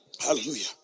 Hallelujah